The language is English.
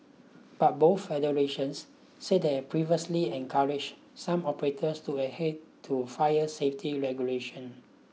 but both federations said they had previously encouraged some operators to adhere to fire safety regulation